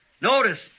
notice